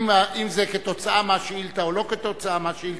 אם כתוצאה מהשאילתא או לא כתוצאה מהשאילתא,